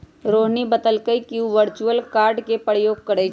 रोहिणी बतलकई कि उ वर्चुअल कार्ड के प्रयोग करई छई